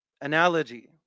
analogy